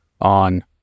on